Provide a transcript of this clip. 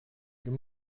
good